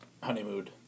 Honeymoon